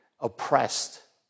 oppressed